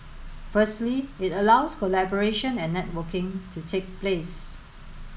firstly it allows collaboration and networking to take place